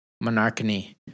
Monarchy